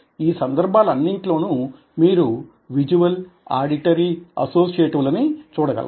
ఈ సందర్భాలు అన్నిట్లోనూ మీరు విజువల్ ఆడిటరీ అసోసియేటివ్ లని చూడగలరు